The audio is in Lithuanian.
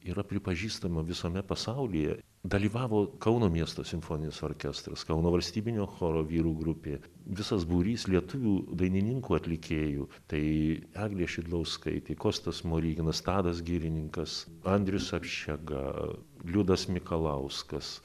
yra pripažįstama visame pasaulyje dalyvavo kauno miesto simfoninis orkestras kauno valstybinio choro vyrų grupė visas būrys lietuvių dainininkų atlikėjų tai eglė šidlauskaitė kostas smoriginas tadas girininkas andrius apšega liudas mikalauskas